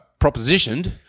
propositioned